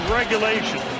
regulation